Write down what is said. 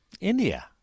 india